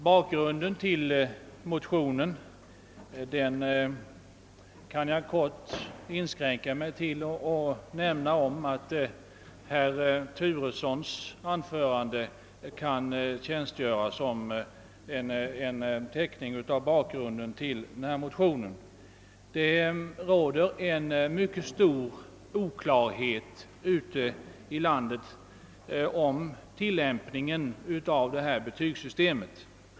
Vad herr Turesson här anfört kan i korthet tjänstgöra som en teckning av bakgrunden till vår motion. Det råder nämligen ute i landet stor oklarhet om tillämpningen av betygssystemet.